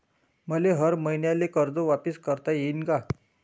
मले हर मईन्याले कर्ज वापिस करता येईन का?